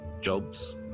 jobs